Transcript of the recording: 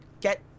get